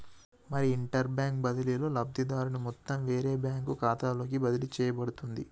మరి interbank బదిలీలో లబ్ధిదారుని మొత్తం వేరే బ్యాంకు ఖాతాలోకి బదిలీ చేయబడుతుంది